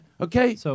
Okay